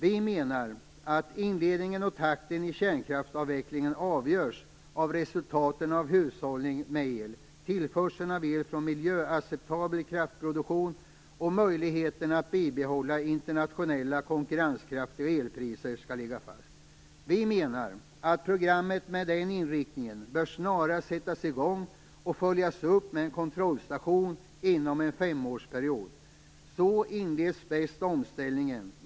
Vi menar att inledningen och takten i kärnkraftsavvecklingen avgörs av resultaten av hushållning med el, tillförseln av el från miljöacceptabel kraftproduktion och möjligheterna att bibehålla internationella konkurrenskraftiga elpriser. Vi menar att ett program med den inriktningen snarast bör sättas i gång och följas upp med en kontrollstation inom en femårsperiod. Så inleds bäst omställningen.